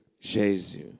Jesus